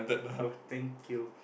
oh thank you